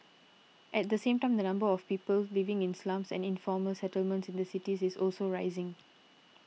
at the same time the number of people living in slums and informal settlements in cities is also rising